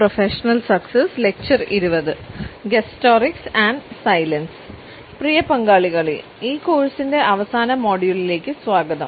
പ്രിയ പങ്കാളികളെ ഈ കോഴ്സിന്റെ അവസാന മൊഡ്യൂളിലേക്ക് സ്വാഗതം